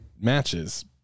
matches